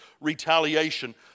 retaliation